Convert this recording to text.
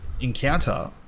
encounter